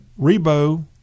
Rebo